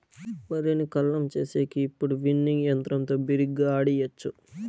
వరిని కల్లం చేసేకి ఇప్పుడు విన్నింగ్ యంత్రంతో బిరిగ్గా ఆడియచ్చు